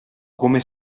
come